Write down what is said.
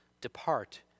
depart